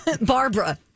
barbara